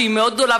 שהיא מאוד גדולה,